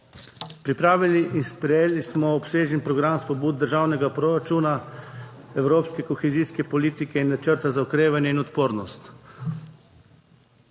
pripravili in sprejeli smo obsežen program spodbud državnega proračuna, evropske kohezijske politike in načrta za okrevanje in odpornost.